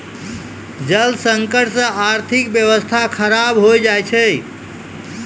जल संकट से आर्थिक व्यबस्था खराब हो जाय छै